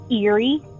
eerie